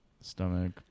stomach